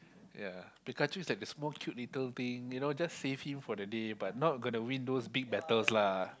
ya Pikachu is like the small cute little thing you know just save him for the day but not gonna win those big battles lah